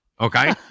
Okay